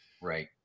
Right